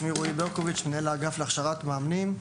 שמי רועי ברקוביץ', מנהל האגף להכשרת מאמנים.